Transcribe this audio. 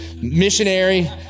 missionary